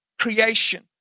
creation